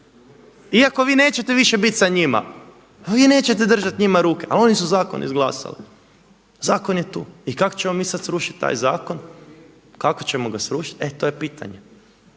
iako vi nećete više biti sa njima, a vi nećete njima držati ruke, a oni su zakon izglasali, zakon je tu. I kako ćemo mi sada srušiti taj zakon? E to je pitanje, to je pitanje